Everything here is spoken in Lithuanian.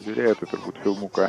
žiūrėjote turbūt filmuką